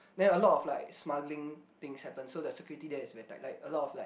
then like a lot of like smuggling things happen so the security there is very tight like a lot of like